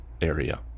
area